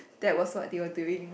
that was what they were doing